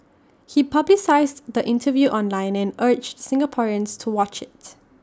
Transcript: he publicised the interview online and urged Singaporeans to watch its